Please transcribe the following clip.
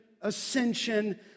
ascension